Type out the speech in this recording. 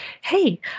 hey